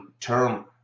term